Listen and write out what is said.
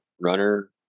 runner